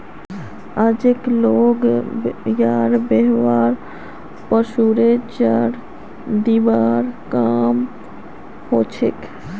आजक लोग यार व्यवहार पशुरेर चारा दिबार काम हछेक